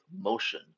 motion